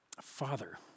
Father